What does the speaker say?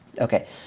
Okay